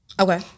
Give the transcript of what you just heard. Okay